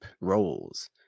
roles